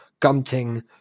gunting